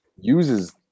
uses